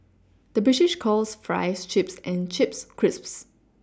the British calls Fries Chips and Chips Crisps